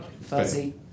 Fuzzy